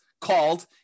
called